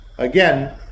Again